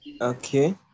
Okay